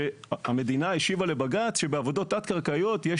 שהמדינה השיבה לבג"ץ שבעבודות תת-קרקעיות יש